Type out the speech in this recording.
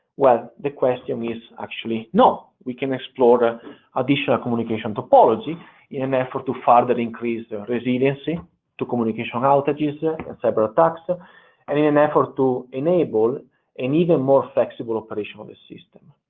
well, the question is actually no. we can explore and additional communication topology in an effort to further increase resiliency to communication um outages, ah and cyber attacks, ah and in an effort to enable an even more flexible operation of the system.